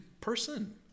person